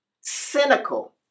cynical